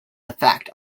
effect